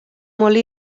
molí